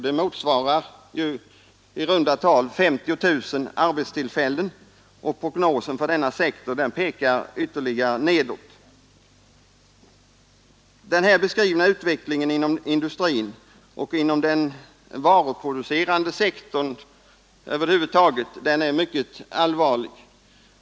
Det motsvarar i runt tal 50 000 arbetstillfällen, och prognosen för denna sektor pekar ytterligare nedåt. Den här beskrivna utvecklingen inom industrin och inom den varuproducerande sektorn över huvud taget är mycket allvarlig.